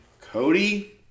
Cody